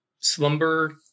slumber